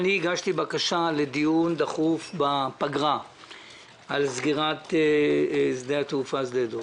הגשתי בקשה לדיון דחוף בפגרה על סגירת שדה התעופה שדה דב.